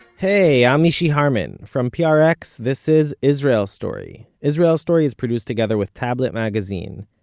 hey, i'm mishy harman. from prx this is israel story. israel story is produced together with tablet magazine.